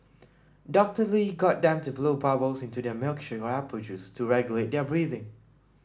Doctor Lee got them to blow bubbles into their milkshake or apple juice to regulate their breathing